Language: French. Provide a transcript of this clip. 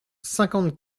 cinquante